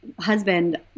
husband